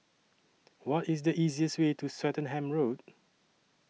What IS The easiest Way to Swettenham Road